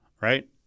right